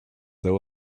there